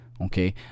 Okay